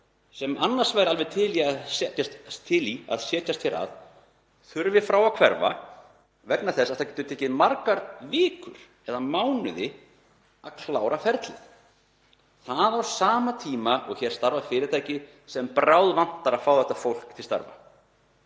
sem annars væri alveg til í að setjast hér að, þurfi frá að hverfa vegna þess að það getur tekið margar vikur eða mánuði að klára ferlið. Á sama tíma starfa hér fyrirtæki sem bráðvantar að fá þetta fólk til starfa.